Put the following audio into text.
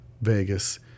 Vegas